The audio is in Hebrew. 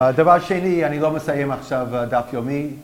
הדבר שני, אני לא מסיים עכשיו דף יומי